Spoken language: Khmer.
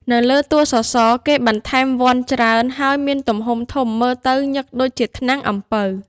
នៅលើតួសសរ គេបន្ថែមវ័ណ្ឌច្រើន ហើយមានទំហំធំ មើលទៅញឹកដូចជាថ្នាំងអំពៅ។